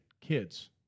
kids